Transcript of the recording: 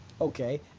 Okay